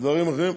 דברים אחרים,